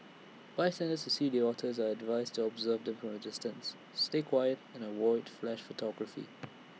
bystanders see the otters are advised to observe them from A distance stay quiet and avoid flash photography